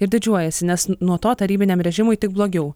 ir didžiuojasi nes nuo to tarybiniam režimui tik blogiau